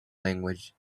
language